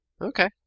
Okay